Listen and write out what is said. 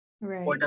right